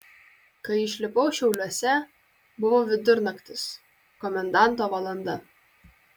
kai išlipau šiauliuose buvo vidurnaktis komendanto valanda